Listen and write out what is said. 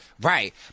Right